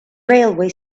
railway